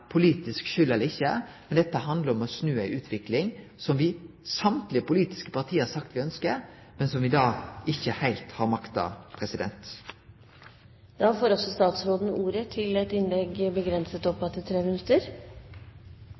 politisk skyld eller ikkje, dette handlar om å snu ei utvikling som me i alle dei politiske partia har sagt at me ønskjer, men som me ikkje heilt har makta.